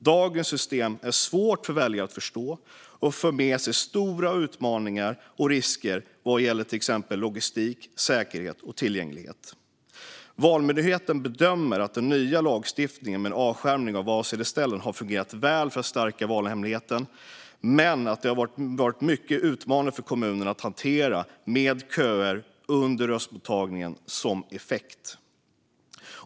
Dagens system är svårt för väljare att förstå och för med sig stora utmaningar och risker vad gäller till exempel logistik, säkerhet och tillgänglighet. Valmyndigheten bedömer att den nya lagstiftningen med avskärmning av valsedelsställen har fungerat väl för att stärka valhemligheten men att det har varit mycket utmanande för kommunerna att hantera med köer under röstmottagningen som effekt.